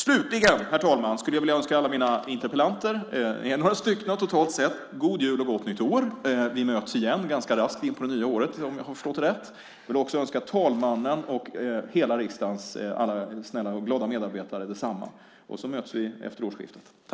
Slutligen, herr talman, skulle jag vilja önska alla interpellanter - det är några stycken totalt sett - en god jul och ett gott nytt år. Vi möts igen ganska raskt in på det nya året, om jag förstått det rätt. Jag vill också önska talmannen och riksdagens alla snälla och glada medarbetare samma sak. Sedan möts vi alltså efter årsskiftet.